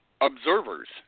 observers